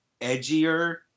edgier